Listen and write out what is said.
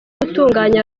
gutunganya